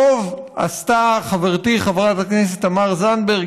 טוב עשתה חברתי חברת הכנסת תמר זנדברג,